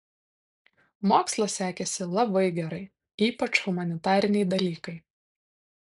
mokslas sekėsi labai gerai ypač humanitariniai dalykai